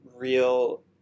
real